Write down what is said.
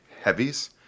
heavies